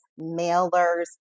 mailers